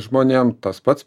žmonėm tas pats